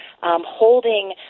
holding